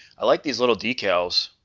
i like these little decals